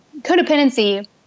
codependency